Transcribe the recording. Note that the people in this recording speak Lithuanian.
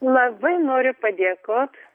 labai noriu padėkot